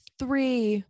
three